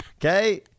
Okay